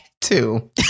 two